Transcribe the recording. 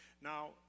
Now